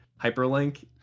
hyperlink